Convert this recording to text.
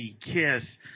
Kiss